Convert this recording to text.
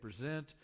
present